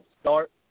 start